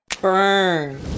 burn